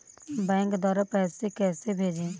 Bank द्वारा पैसे कैसे भेजें?